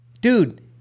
dude